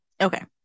Okay